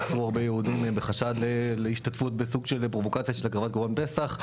נעצרו הרבה יהודים בחשד להשתתפות בסוג של פרובוקציה של הקרבת קורבן פסח,